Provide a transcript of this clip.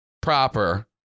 proper